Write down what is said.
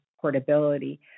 portability